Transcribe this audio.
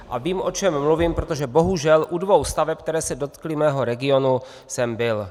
A vím, o čem mluvím, protože bohužel u dvou staveb, které se dotkly mého regionu, jsem byl.